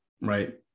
right